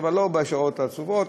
אבל לא בשעות הצפופות.